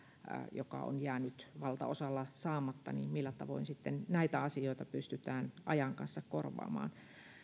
on jäänyt valtaosalla saamatta niin millä tavoin sitten näitä asioita pystytään ajan kanssa korvaamaan